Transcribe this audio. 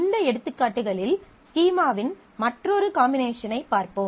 இந்த எடுத்துக்காட்டுகளில் ஸ்கீமாவின் மற்றொரு காம்பினேஷனைப் பார்ப்போம்